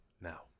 now